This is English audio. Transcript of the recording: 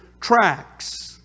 tracks